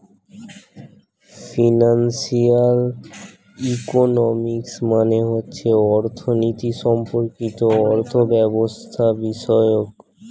financial economics মানে হচ্ছে অর্থনীতি সম্পর্কিত অর্থব্যবস্থাবিষয়ক